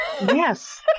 Yes